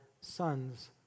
sons